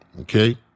okay